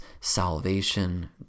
salvation